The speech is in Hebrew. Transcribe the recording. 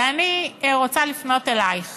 ואני רוצה לפנות אלייך